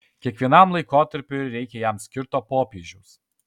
kiekvienam laikotarpiui reikia jam skirto popiežiaus